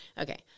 okay